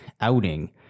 outing